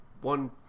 one